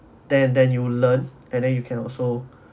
then then you'll learn and then you can also